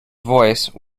voice